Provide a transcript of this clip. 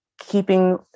keeping